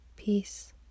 peace